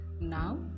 now